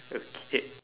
okay